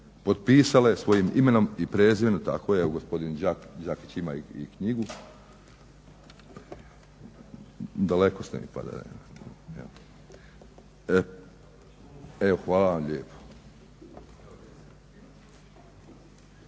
potpisale svojim imenom i prezimenom, tako je evo gospodin Đakić ima i knjigu. Evo hvala vam lijepa.